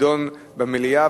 תידון במליאה.